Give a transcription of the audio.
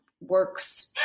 works